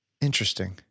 Interesting